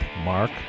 mark